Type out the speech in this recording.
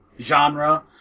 genre